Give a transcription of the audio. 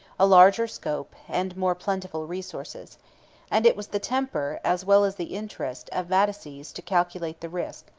a larger scope, and more plentiful resources and it was the temper, as well as the interest, of vataces to calculate the risk,